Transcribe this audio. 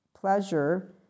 pleasure